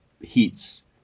heats